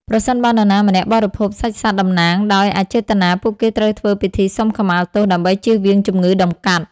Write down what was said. ប្រសិនបើនរណាម្នាក់បរិភោគសាច់សត្វតំណាងដោយអចេតនា ពួកគេត្រូវធ្វើពិធីសុំខមាទោសដើម្បីជៀសវាងជំងឺតម្កាត់។